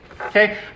Okay